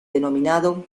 denominado